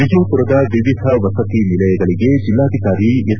ವಿಜಯಮರದ ವಿವಿಧ ವಸತಿ ನಿಲಯಗಳಿಗೆ ಜಿಲ್ಲಾಧಿಕಾರಿ ಎಸ್